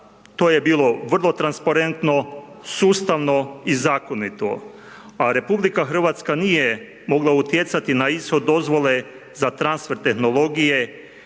to je bilo vrlo transparentno, sustavno i zakonito. A RH nije mogla utjecati na ishod dozvole za transfer tehnologije,